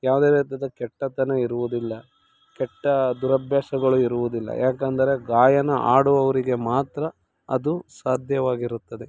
ಯಾವುದೇ ರೀತಿಯಾದ ಕೆಟ್ಟತನ ಇರುವುದಿಲ್ಲ ಕೆಟ್ಟ ದುರಭ್ಯಾಸಗಳು ಇರುವುದಿಲ್ಲ ಯಾಕೆಂದರೆ ಗಾಯನ ಹಾಡುವವ್ರಿಗೆ ಮಾತ್ರ ಅದು ಸಾಧ್ಯವಾಗಿರುತ್ತದೆ